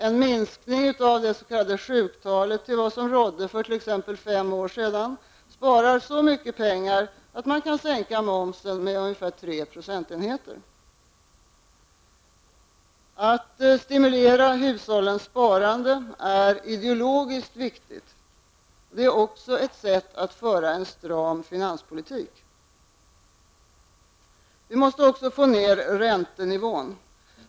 En minskning av det s.k. sjuktalet till vad som rådde för t.ex. fem år sedan sparar så mycket pengar att momsen kan sänkas med ungefär 3 Att stimulera hushållens sparande är ideologiskt viktigt och också ett sätt att föra en stram finanspolitik. Vi måste också få ned räntenivån.